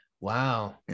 Wow